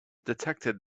detected